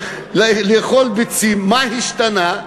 מה השתנה?